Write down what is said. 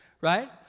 right